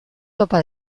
topa